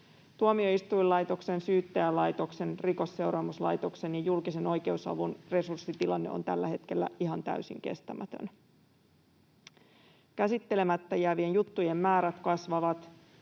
Tuomioistuinlaitoksen, Syyttäjälaitoksen, Rikosseuraamuslaitoksen ja julkisen oikeusavun resurssitilanne on tällä hetkellä ihan täysin kestämätön. Käsittelemättä jäävien juttujen määrät kasvavat,